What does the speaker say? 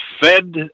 Fed